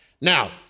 Now